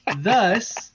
Thus